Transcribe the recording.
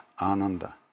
ananda